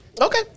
Okay